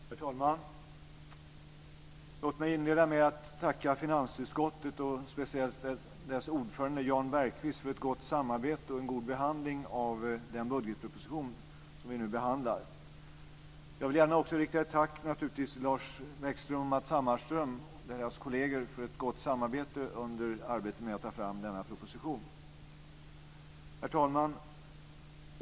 Herr talman! Låt mig inleda med att tacka finansutskottet och speciellt dess ordförande Jan Bergqvist för ett gott samarbete och en god behandling av den budgetproposition som vi nu behandlar. Jag vill naturligtvis också gärna rikta ett tack till Lars Bäckström, Matz Hammarström och deras kolleger för ett gott samarbete under arbetet med att ta fram denna proposition. Herr talman!